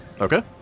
Okay